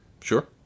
Sure